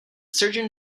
surgeon